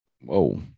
Whoa